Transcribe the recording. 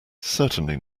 certainly